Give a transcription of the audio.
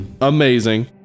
amazing